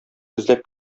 эзләп